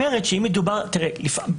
תראה,